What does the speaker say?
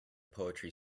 poetry